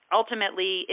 ultimately